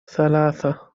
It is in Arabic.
ثلاثة